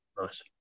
Nice